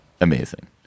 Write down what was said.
Amazing